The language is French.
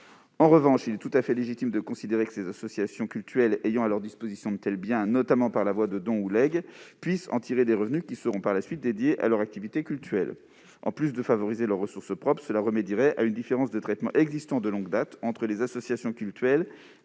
En revanche, il est tout à fait légitime de considérer que des associations cultuelles ayant à leur disposition de tels biens, notamment par la voie de dons ou de legs, puissent en tirer des revenus qui seront par la suite dédiés à leur activité cultuelle. En plus de favoriser leurs ressources propres, cela remédierait à une différence de traitement existant de longue date entre les associations cultuelles